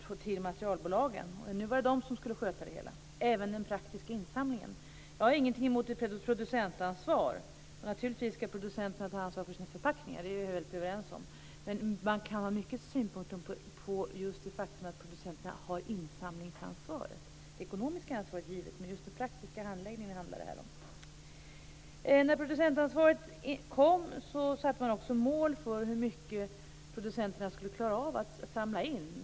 Nu skulle materialbolagen sköta det här, även den praktiska insamlingen. Jag har inget emot ett producentansvar. Producenterna skall naturligtvis ta ansvar för sina förpackningar. Det är vi helt överens om. Men man kan ha många synpunkter just på det faktum att producenterna har insamlingsansvaret. Det ekonomiska ansvaret är givet, men det här handlar om den praktiska handläggningen. När producentansvaret infördes satte man också upp mål för hur mycket producenterna skulle klara av att samla in.